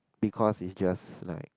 because it's just like